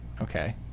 Okay